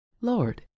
Lord